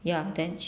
ya then